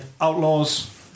outlaws